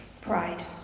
Pride